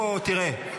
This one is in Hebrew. תראה,